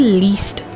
least